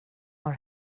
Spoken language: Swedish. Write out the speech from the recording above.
har